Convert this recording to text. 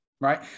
Right